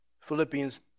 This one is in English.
Philippians